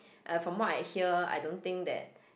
and from what I hear I don't think that